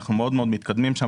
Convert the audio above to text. אנחנו מאוד מאוד מקדמים שם,